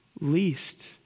least